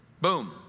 Boom